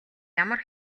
ямар